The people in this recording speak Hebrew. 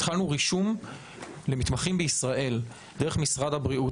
התחלנו רישום למתמחים בישראל דרך משרד הבריאות.